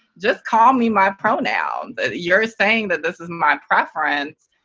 just call me my pronouns. you're saying that this is my preference,